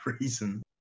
reason